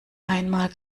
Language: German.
einmal